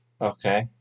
Okay